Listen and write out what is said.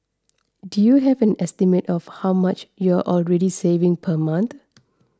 do you have an estimate of how much you're already saving per month